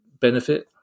benefit